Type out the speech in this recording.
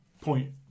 point